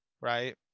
right